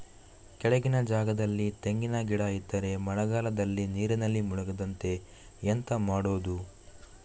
ಕೆಳಗಿನ ಜಾಗದಲ್ಲಿ ತೆಂಗಿನ ಗಿಡ ಇದ್ದರೆ ಮಳೆಗಾಲದಲ್ಲಿ ನೀರಿನಲ್ಲಿ ಮುಳುಗದಂತೆ ಎಂತ ಮಾಡೋದು?